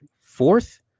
Fourth